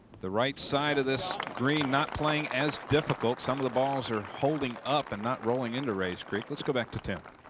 the right side of this green. not playing as difficult. some of the balls are holding up and not rolling into rae's creek. let's go back to ten. but